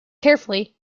carefully